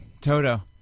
Toto